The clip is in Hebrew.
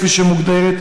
כפי שזה מוגדר,